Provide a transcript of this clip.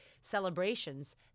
celebrations